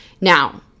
Now